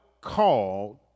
Called